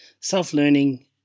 self-learning